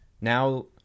Now